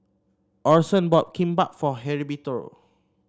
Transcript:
Orson bought Kimbap for Heriberto